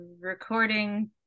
recording